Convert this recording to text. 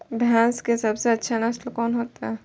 भैंस के सबसे अच्छा नस्ल कोन होते?